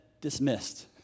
dismissed